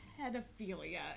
pedophilia